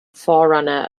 forerunner